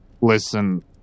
Listen